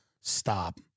stop